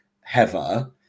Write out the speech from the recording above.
Heather